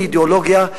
אין אידיאולוגיה.